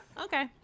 Okay